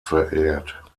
verehrt